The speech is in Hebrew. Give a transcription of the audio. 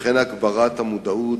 וכן להגביר את המודעות,